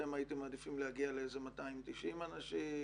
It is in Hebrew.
אתם הייתם מעדיפים להגיע ל-290 אנשים,